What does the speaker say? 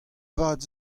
vat